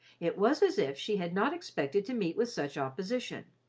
it was as if she had not expected to meet with such opposition.